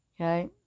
Okay